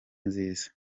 nziza